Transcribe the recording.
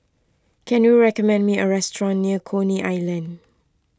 can you recommend me a restaurant near Coney Island